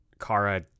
Kara